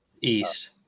East